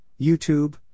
YouTube